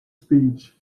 speech